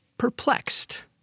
perplexed